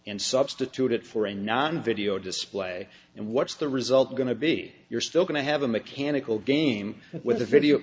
and substitute it for a non video display and what's the result going to be you're still going to have a mechanical game with a video